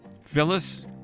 Phyllis